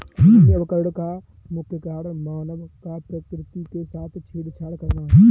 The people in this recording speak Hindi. भूमि अवकरण का मुख्य कारण मानव का प्रकृति के साथ छेड़छाड़ करना है